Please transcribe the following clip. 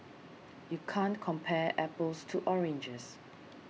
you can't compare apples to oranges